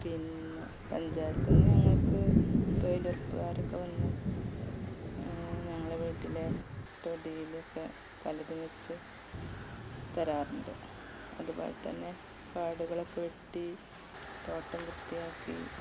പിന്നെ പഞ്ചായത്തിന് ഞങ്ങൾക്ക് തൊഴിലുറപ്പുകാരൊക്കെ വന്നു ഞങ്ങളെ വീട്ടിലെ തൊടിയിലൊക്കെ പലതും വെച്ച് തരാറുണ്ട് അതുപോലെ തന്നെ കാടുകള് ഒക്കെ വെട്ടി തോട്ടം വൃത്തിയാക്കി